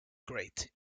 great